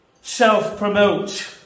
self-promote